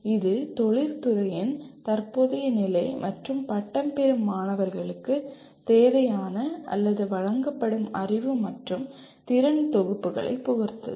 இது தொழில்துறையின் தற்போதைய நிலை மற்றும் பட்டம் பெறும் மாணவர்களுக்கு தேவையான அல்லது வழங்கப்படும் அறிவு மற்றும் திறன் தொகுப்புகளைப் பொறுத்தது